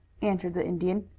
answered the indian.